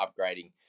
upgrading